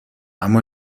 اما